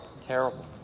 Terrible